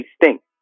extinct